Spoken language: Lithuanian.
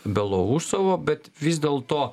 belousovo bet vis dėlto